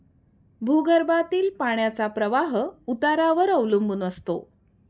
भूगर्भातील पाण्याचा प्रवाह उतारावर अवलंबून असतो